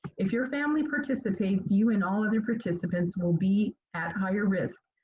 if your family participates, you and all other participants will be at higher risk.